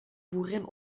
boerin